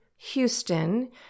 Houston